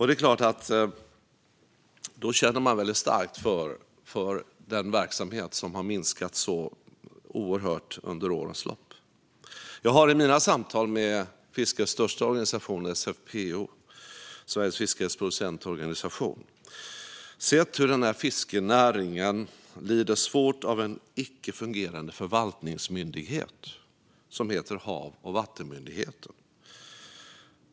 Det är klart att man då känner väldigt starkt för den verksamhet som har minskat så oerhört under årens lopp. Jag har i mina samtal med fiskets största organisation, SFPO eller Sveriges Fiskares Producentorganisation, sett hur fiskenäringen lider svårt av en icke fungerande förvaltningsmyndighet som heter Havs och vattenmyndigheten.